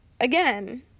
again